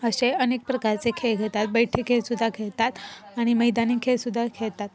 असे अनेक प्रकारचे खेळ खेळतात बैठे खेळ सुद्धा खेळतात आणि मैदानी खेळ सुद्धा खेळतात